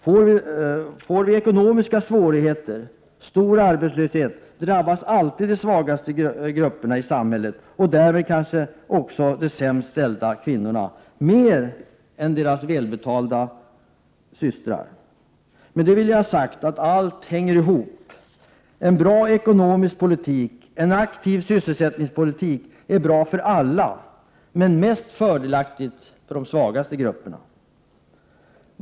Får vi ekonomiska svårigheter och stor arbetslöshet, drabbas alltid de svagaste grupperna i samhället och därmed också de sämst ställda kvinnorna mer än deras mer välbeställda systrar. Med det vill jag ha sagt att allt hänger ihop. En bra ekonomisk politik, en aktiv sysselsättningspolitik, är bra för alla men mest fördelaktig för de svagaste grupperna.